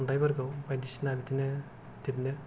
खन्थाइफोरखौ बाइदिसिना बिदिनो लिरनो